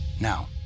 Now